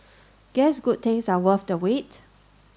guess good things are worth the wait